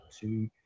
two